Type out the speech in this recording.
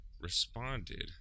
responded